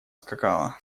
скакала